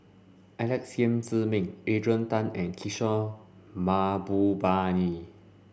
Alex Yam Ziming Adrian Tan and Kishore Mahbubani